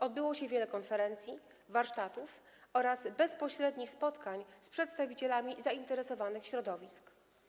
Odbyło się wiele konferencji, warsztatów oraz bezpośrednich spotkań z przedstawicielami zainteresowanych środowisk.